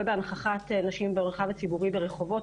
בהנכחת נשים במרחב הציבורי ברחובות,